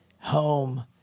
Home